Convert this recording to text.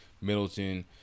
Middleton